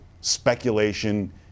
speculation